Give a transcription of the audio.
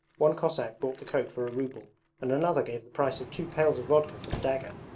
one cossack bought the coat for a ruble and another gave the price of two pails of vodka for the dagger.